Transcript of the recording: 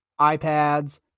iPads